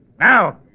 Now